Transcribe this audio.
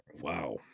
Wow